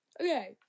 Okay